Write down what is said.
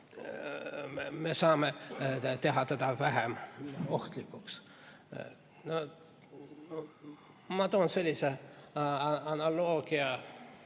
me saame teha teda vähem ohtlikuks. Ma toon sellise analoogia,